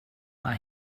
mae